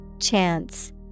Chance